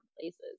places